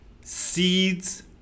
seeds